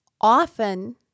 often